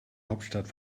hauptstadt